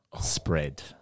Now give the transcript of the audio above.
spread